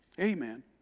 Amen